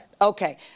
Okay